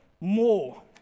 more